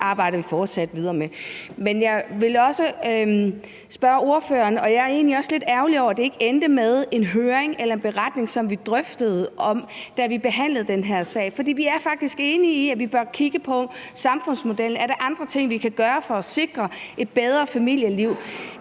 det arbejder vi fortsat videre med. Jeg er egentlig også lidt ærgerlig over, at det ikke endte med en høring eller en beretning, som vi drøftede, da vi behandlede den her sag. For vi er faktisk enige i, at vi bør kigge på samfundsmodellen. Er der andre ting, vi kan gøre for at sikre et bedre familieliv?